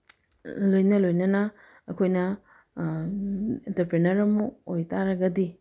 ꯂꯣꯏꯅ ꯂꯣꯏꯅꯅ ꯑꯩꯈꯣꯏꯅ ꯑꯦꯟꯇꯔꯄ꯭ꯔꯦꯅꯔ ꯑꯃ ꯑꯣꯏ ꯇꯥꯔꯒꯗꯤ